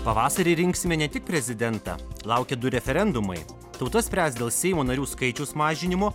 pavasarį rinksime ne tik prezidentą laukia du referendumai tauta spręs dėl seimo narių skaičiaus mažinimo